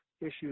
issues